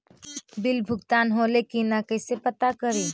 Bill भुगतान होले की न कैसे पता करी?